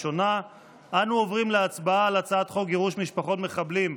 13. אני קובע שהצעת חוק גירוש משפחות מחבלים,